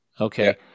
Okay